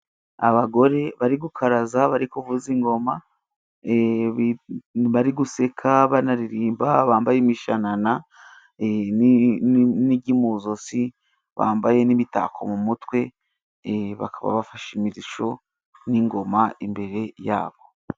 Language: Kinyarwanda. Abagore bari gukaraza，bari kuvuza ingoma，bari guseka， banaririmba，bambaye imishanana n'inigi mu zosi，bambaye n'imitako mu mutwe，bakaba bafashe imirisho，n'ingoma imbere yabo.